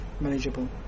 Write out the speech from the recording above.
manageable